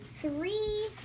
three